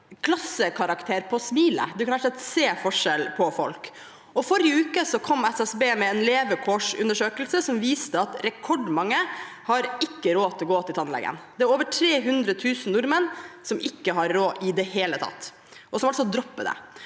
klassekarakter på smilet – man kan rett og slett se forskjell på folk. Forrige uke kom SSB med en levekårsundersøkelse som viste at rekordmange ikke har råd til å gå til tannlegen. Det er over 300 000 nordmenn som ikke har råd i det hele tatt, og som altså dropper det.